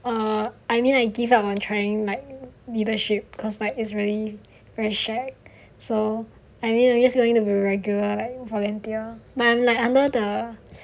err I mean I give up on trying like leadership because like it's really very shack so I mean we're just going to be regular volunteer but I'm under the